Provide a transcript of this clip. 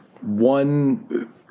one